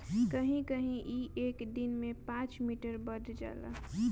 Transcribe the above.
कहीं कहीं ई एक दिन में पाँच मीटर बढ़ जाला